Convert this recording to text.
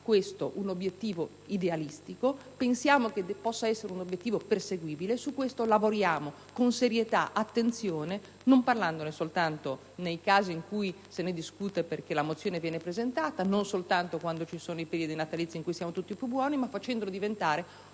questo un obiettivo idealistico, pensiamo che possa essere un obiettivo perseguibile su cui lavorare con serietà e attenzione, non parlandone soltanto nei casi in cui se ne deve discutere perché la mozione viene presentata, non solo nei periodi natalizi in cui siamo tutti più buoni, ma facendolo diventare